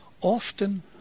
Often